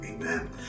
amen